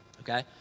Okay